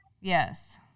Yes